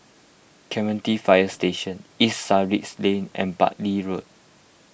Clementi Fire Station East Sussex Lane and Buckley Road